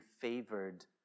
favored